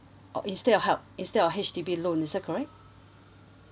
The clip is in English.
oh instead of help instead of H_D_B loan is that correct